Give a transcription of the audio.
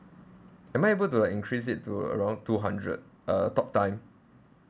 am I able to like increase it to around two hundred uh talk time